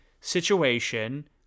situation